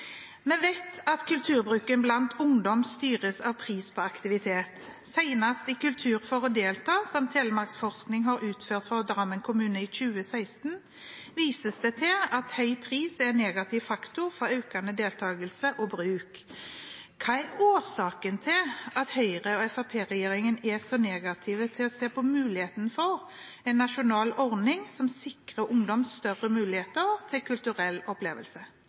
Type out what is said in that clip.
Vi går videre til spørsmål 22. Jeg tillater meg å stille følgende spørsmål til kulturministeren: «Vi vet at kulturbruken blant ungdom styres av prisen på aktivitet. Senest i «Kultur for å delta», som Telemarksforskning har utført for Drammen kommune i 2016, vises det til at høy pris er en negativ faktor for økt deltakelse og bruk. Hva er årsaken til at Høyre–Fremskrittsparti-regjeringen er så negativ til å se på muligheten for en nasjonal ordning som sikrer ungdom større